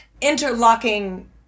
interlocking